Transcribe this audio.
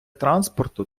транспорту